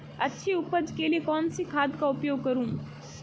अच्छी उपज के लिए कौनसी खाद का उपयोग करूं?